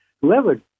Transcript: whoever